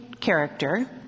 character